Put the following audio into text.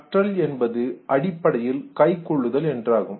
கற்றல் என்பது அடிப்படையில் கைகொள்ளுதல் என்றாகும்